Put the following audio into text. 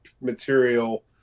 material